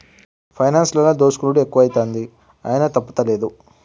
పైనాన్సులల్ల దోసుకునుడు ఎక్కువైతంది, అయినా తప్పుతలేదు